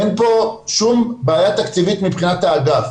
אין פה שום בעיה תקציבית מבחינת האגף,